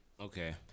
Okay